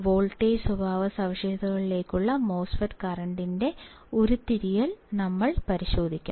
voltage സ്വഭാവസവിശേഷതകളിലേക്കുള്ള MOSFET കറന്റ്ൻറെ ഉരുത്തിരിയൽ ഞങ്ങൾ പരിശോധിക്കും